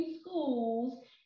schools